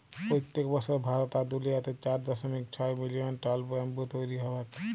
পইত্তেক বসর ভারত আর দুলিয়াতে চার দশমিক ছয় মিলিয়ল টল ব্যাম্বু তৈরি হবেক